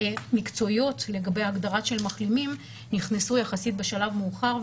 מקצועיות לגבי הגדרה של מחלימים נכנסו יחסית בשלב מאוחר,